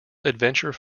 adventure